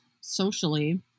socially